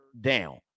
down